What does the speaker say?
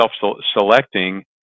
self-selecting